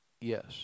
Yes